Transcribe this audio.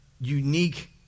unique